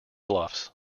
bluffs